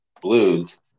Blues